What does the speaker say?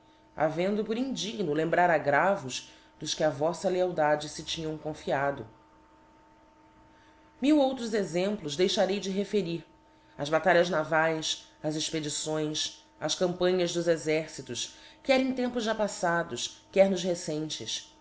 havendo por indigno lembrar aggravos dos que á voffa lealdade fe tinham confiado mil outros exemplos deixarei de referir as batalhas navaes as expedições as campanhas dos exércitos quer em tempos já paffados quer nos recentes